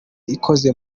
ikoze